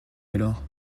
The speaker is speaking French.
alors